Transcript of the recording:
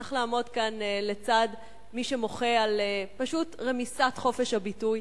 צריך לעמוד כאן לצד מי שמוחה על פשוט רמיסת חופש הביטוי.